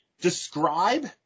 describe